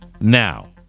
now